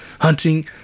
hunting